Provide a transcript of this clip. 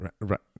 Right